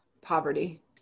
poverty